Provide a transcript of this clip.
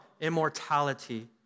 immortality